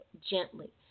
Gently